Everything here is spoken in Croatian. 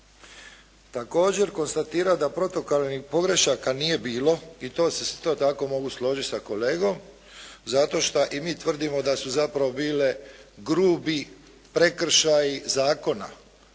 Također konstatiram da protokoralnih pogrešaka nije bilo i to tako mogu složiti sa kolegom, zato što i mi tvrdimo da su zapravo bile grubi prekršaji zakona,